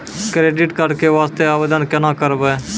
Credit card के वास्ते आवेदन केना करबै?